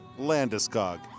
Landeskog